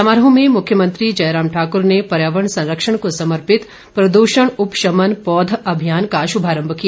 समारोह में मुख्यमंत्री जयराम ठाकर ने पर्यावरण संरक्षण को समर्पित प्रदृषण उपशमन पौध अभियान का श्रभारम्भ किया